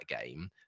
game